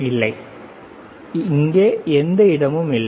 இல்லை அங்கே எந்த இடமும் இல்லை